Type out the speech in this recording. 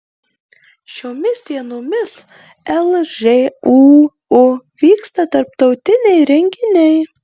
šiomis dienomis lžūu vyksta tarptautiniai renginiai